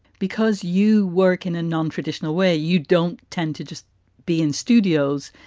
because you work in a non-traditional way, you don't tend to just be in studios.